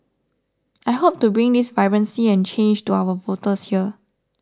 I hope to bring this vibrancy and change to our voters here